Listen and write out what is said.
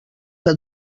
que